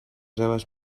seves